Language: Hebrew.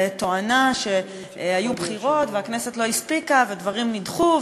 בתואנה שהיו בחירות והכנסת לא הספיקה והדברים נדחו,